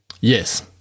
Yes